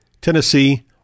Tennessee